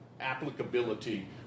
applicability